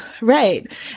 Right